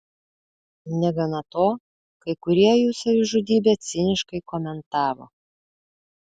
negana to kai kurie jų savižudybę ciniškai komentavo